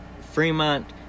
Fremont